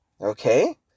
Okay